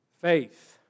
faith